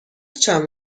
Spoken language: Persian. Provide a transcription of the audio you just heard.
چند